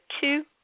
two